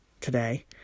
today